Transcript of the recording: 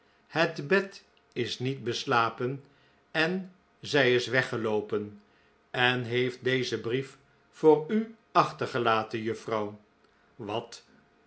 het bed is niet beslapen en zij is weggeloopen en heeft dezen brief voor u achtergelaten juffrouw wat